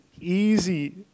easy